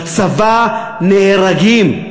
בצבא נהרגים.